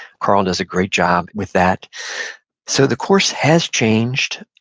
karl does a great job with that so the course has changed.